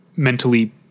mentally